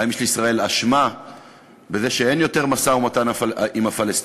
האם יש לישראל אשמה בזה שאין יותר משא-ומתן עם הפלסטינים?